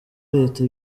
leta